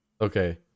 Okay